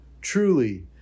Truly